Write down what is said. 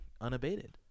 unabated